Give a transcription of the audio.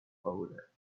odor